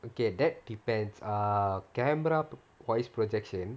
okay that depends err camera voice projection